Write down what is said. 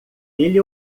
ele